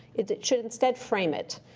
it it should, instead, frame it.